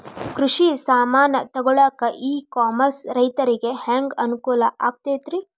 ಕೃಷಿ ಸಾಮಾನ್ ತಗೊಳಕ್ಕ ಇ ಕಾಮರ್ಸ್ ರೈತರಿಗೆ ಹ್ಯಾಂಗ್ ಅನುಕೂಲ ಆಕ್ಕೈತ್ರಿ?